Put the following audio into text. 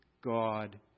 God